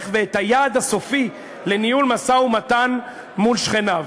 ואת היעד הסופי לניהול משא-ומתן עם השכנים.